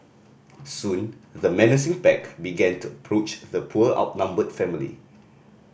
soon the menacing pack began to approach the poor outnumbered family